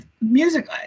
Music